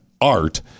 art